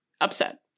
upset